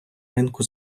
ринку